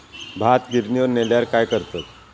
भात गिर्निवर नेल्यार काय करतत?